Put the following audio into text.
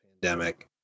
pandemic